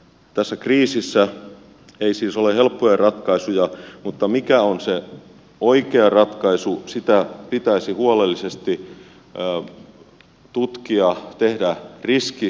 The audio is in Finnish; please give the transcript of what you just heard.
tässä kriisissä ei siis ole helppoja ratkaisuja mutta mikä on se oikea ratkaisu sitä pitäisi huolellisesti tutkia tehdä riskiarvioita